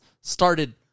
started